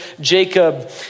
Jacob